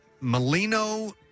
Molino